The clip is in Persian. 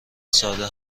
ساده